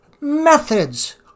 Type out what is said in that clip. methods